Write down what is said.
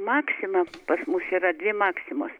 maksima pas mus yra dvi maksimos